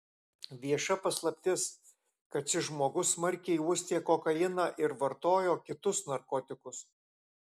vieša paslaptis kad šis žmogus smarkiai uostė kokainą ir vartojo kitus narkotikus